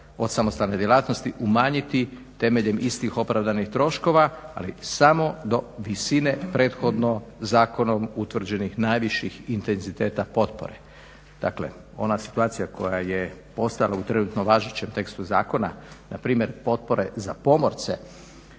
od samostalne djelatnosti umanjiti temeljem istih opravdanih troškova, ali samo do visine prethodno zakonom utvrđenih najviših intenziteta potpore. Dakle ona situacija koja je postojala u trenutno važećem tekstu zakona, npr. potpore za pomorce